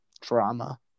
drama